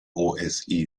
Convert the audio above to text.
osi